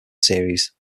series